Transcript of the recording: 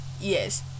Yes